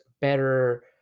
better